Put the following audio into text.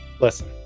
Listen